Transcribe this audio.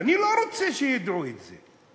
ואני לא רוצה שידעו את זה.